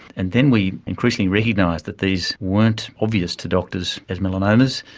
and then we increasingly recognised that these weren't obvious to doctors as melanomas,